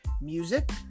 music